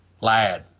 Lad